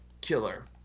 killer